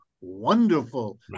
wonderful